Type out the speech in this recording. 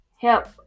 help